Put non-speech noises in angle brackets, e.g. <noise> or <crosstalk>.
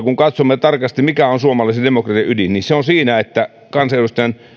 <unintelligible> kun katsomme tarkasti mikä on suomalaisen demokratian ydin niin se on siinä että kansanedustajan